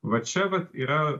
va čia vat yra